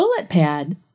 BulletPad